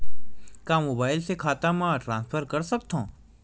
का मोबाइल से खाता म ट्रान्सफर कर सकथव?